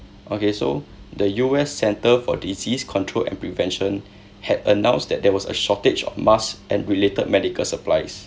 okay so the U_S centre for disease control and prevention had announced that there was a shortage of masks and related medical supplies